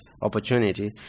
opportunity